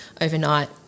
overnight